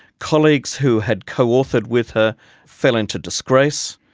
colleagues who had co-authored with her fell into disgrace.